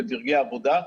בדרגי העבודה,